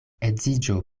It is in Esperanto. edziĝo